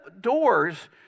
doors